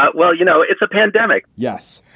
but well, you know, it's a pandemic yes,